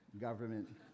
government